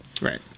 right